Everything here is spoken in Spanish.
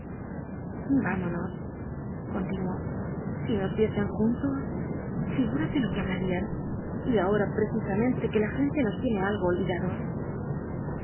vamonos continuó si nos viesen juntos figúrate lo que hablarían y ahora precisamente que la gente nos tiene algo olvidados